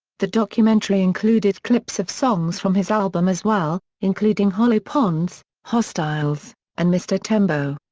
the documentary included clips of songs from his album as well, including hollow ponds, hostiles and mr tembo.